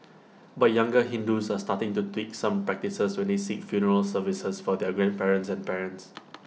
but younger Hindus are starting to tweak some practices when they seek funeral services for their grandparents and parents